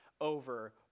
over